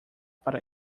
para